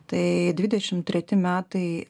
tai dvidešim treti metai